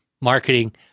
marketing